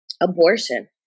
abortion